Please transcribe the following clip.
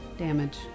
Damage